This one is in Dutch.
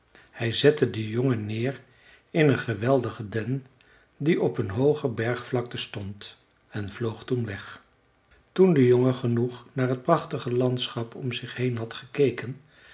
hij zette den jongen neer in een geweldigen den die op een hooge bergvlakte stond en vloog toen weg toen de jongen genoeg naar het prachtige landschap om zich heen had gekeken